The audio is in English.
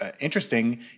interesting